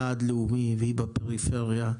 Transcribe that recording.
יעד לאומי והיא בפריפריה.